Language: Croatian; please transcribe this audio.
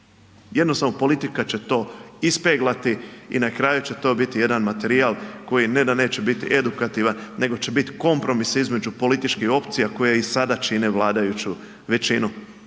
jednostavno politika će to ispeglati i na kraju će to biti jedan materijal koji ne da neće biti edukativan nego će biti kompromisa između političkih opcija koje i sada čine vladajuću većinu.